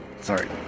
Sorry